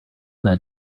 that